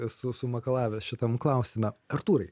esu sumakalavęs šitam klausime artūrai